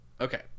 Okay